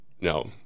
No